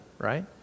right